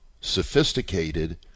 sophisticated